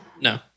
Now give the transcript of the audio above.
No